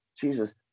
Jesus